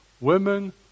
women